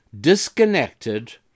disconnected